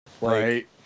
Right